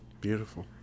Beautiful